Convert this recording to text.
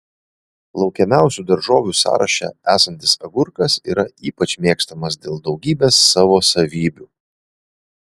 laukiamiausių daržovių sąraše esantis agurkas yra ypač mėgstamas dėl daugybės savo savybių